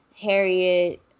Harriet